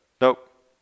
nope